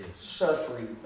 suffering